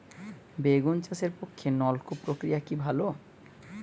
বেগুন চাষের পক্ষে নলকূপ প্রক্রিয়া কি ভালো?